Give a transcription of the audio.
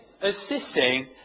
assisting